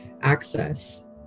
access